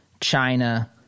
China